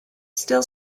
still